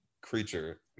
creature